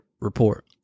report